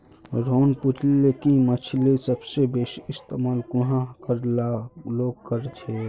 रोहन पूछले कि मछ्लीर सबसे बेसि इस्तमाल कुहाँ कार लोग कर छे